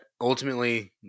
ultimately